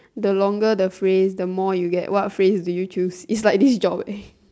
the longer the phrase the more you get what phrase do you choose is like this job eh